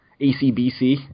ACBC